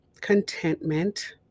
contentment